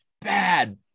bad